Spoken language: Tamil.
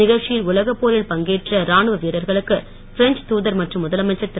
நிகழ்ச்சியில் உலகப் போரில் பங்கேற்ற ராணுவ வீரர்களுக்கு பிரெஞ்ச் தூதர் மற்றும் முதலமைச்சர் திரு